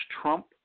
trump